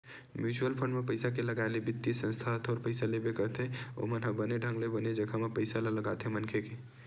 mutual fund म पइसा के लगाए ले बित्तीय संस्था ह थोर पइसा लेबे करथे ओमन ह बने ढंग ले बने जघा म पइसा ल लगाथे मनखे के